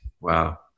wow